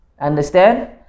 Understand